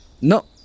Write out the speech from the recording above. No